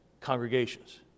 congregations